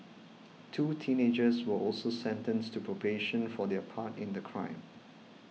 two teenagers were also sentenced to probation for their part in the crime